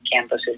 campuses